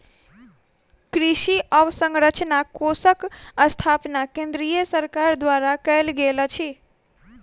कृषि अवसंरचना कोषक स्थापना केंद्रीय सरकार द्वारा कयल गेल अछि